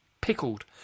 pickled